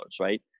right